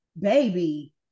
Baby